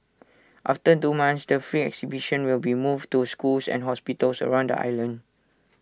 after two months the free exhibition will be moved to schools and hospitals around the island